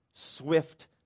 Swift